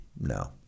no